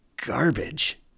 garbage